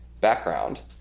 background